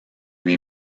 lui